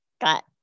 got